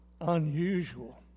Unusual